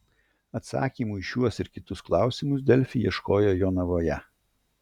atsakymų į šiuos ir kitus klausimus delfi ieškojo jonavoje